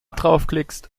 draufklickst